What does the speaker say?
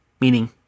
meaning